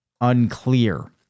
unclear